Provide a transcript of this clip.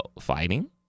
fighting